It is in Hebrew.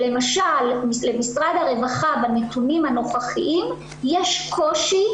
למשרד הרווחה יש קושי